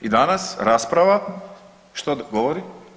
I danas rasprava što govori?